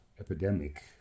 epidemic